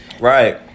Right